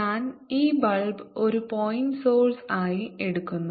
ഞാൻ ഈ ബൾബ് ഒരു പോയിന്റ് സോഴ്സ് ആയി എടുക്കുന്നു